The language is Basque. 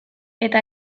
eta